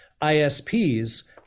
ISPs